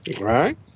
Right